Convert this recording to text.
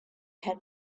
had